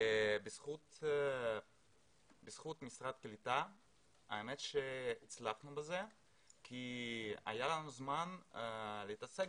בזכות משרד הקליטה הצלחנו בזה כי היה לנו זמן לעסוק